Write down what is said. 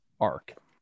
arc